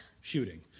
shooting